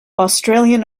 australian